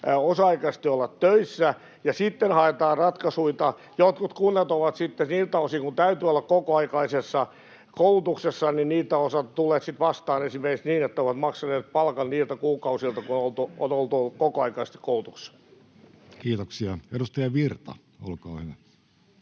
osa-aikaisesti töissä, ja sitten haetaan ratkaisuita. Jotkut kunnat ovat sitten, niiltä osin kuin täytyy olla kokoaikaisessa koulutuksessa, tulleet vastaan esimerkiksi niin, että ovat maksaneet palkan niiltä kuukausilta, kun on oltu kokoaikaisesti koulutuksessa. [Speech 14] Speaker: